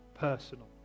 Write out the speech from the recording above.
personal